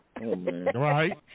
Right